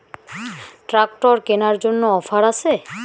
Tractor কেনার জন্য offer আছে?